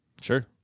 Sure